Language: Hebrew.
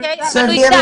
אבל הוא יגדל, נכון?